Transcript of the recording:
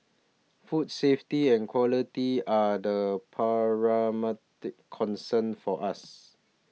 food safety and quality are the paramount concern for us